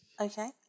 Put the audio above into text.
Okay